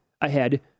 ahead